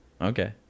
okay